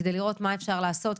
כדי לראות מה אפשר לעשות,